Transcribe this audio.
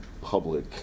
public